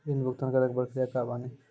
ऋण भुगतान करे के प्रक्रिया का बानी?